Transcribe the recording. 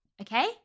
Okay